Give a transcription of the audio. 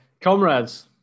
Comrades